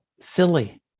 silly